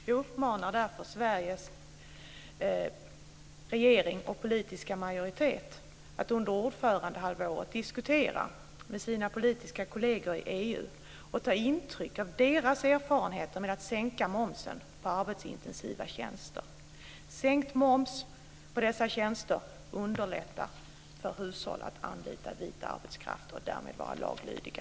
Vi uppmanar Sveriges regering och politiska majoritet att under ordförandehalvåret diskutera med sina politiska kolleger i EU och ta intryck av deras erfarenheter av att sänka momsen på arbetsintensiva tjänster. Sänkt moms på dessa tjänster underlättar för hushåll att anlita vit arbetskraft och därmed vara laglydiga.